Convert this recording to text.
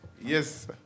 Yes